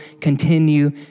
continue